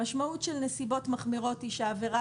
המשמעות של נסיבות מחמירות היא שהעבירה